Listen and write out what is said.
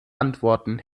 antworten